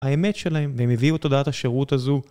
האמת שלהם, והם הביאו את תודעת השירות הזו